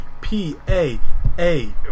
P-A-A